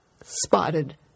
spotted